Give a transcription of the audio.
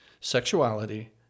sexuality